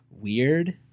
weird